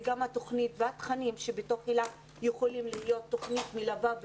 התוכנית והתכנים שבהיל"ה יכולים להוות תוכנית מלווה,